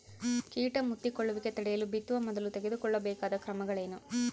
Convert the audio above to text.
ಕೇಟ ಮುತ್ತಿಕೊಳ್ಳುವಿಕೆ ತಡೆಯಲು ಬಿತ್ತುವ ಮೊದಲು ತೆಗೆದುಕೊಳ್ಳಬೇಕಾದ ಕ್ರಮಗಳೇನು?